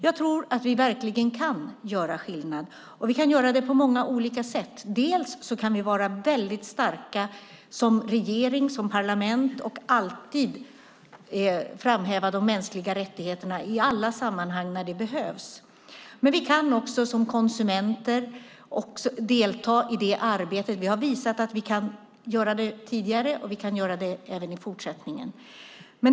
Jag tror att vi verkligen kan göra skillnad. Vi kan göra det på många olika sätt. Vi kan vara väldigt starka som regering och parlament och alltid framhäva de mänskliga rättigheterna i alla sammanhang där det behövs. Vi kan också som konsumenter delta i det arbetet. Vi har tidigare visat att vi kan göra det och vi kan göra det även i fortsättningen.